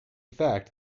fact